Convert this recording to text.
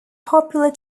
popular